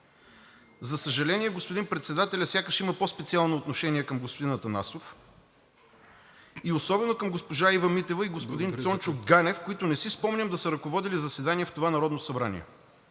За съжаление, господин председателят сякаш има по специално отношение към господин Атанасов и особено към госпожа Ива Митева и господин Цончо Ганев, които не си спомням да са ръководили заседание в това Народно събрание.